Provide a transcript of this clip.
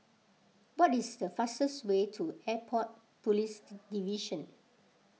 what is the fastest way to Airport Police Division